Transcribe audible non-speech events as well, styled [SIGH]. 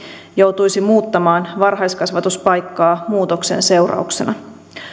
joutuisi muuttamaan varhaiskasvatuspaikkaa muutoksen seurauksena [UNINTELLIGIBLE]